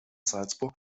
salzburg